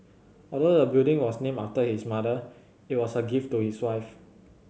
although the building was named after his mother it was a gift to his wife